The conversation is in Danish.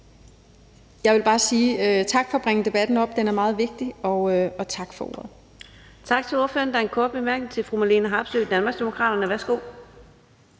Jeg vil bare sige tak for at bringe debatten op. Den er meget vigtig. Tak for ordet.